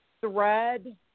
thread